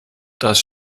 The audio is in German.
dass